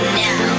now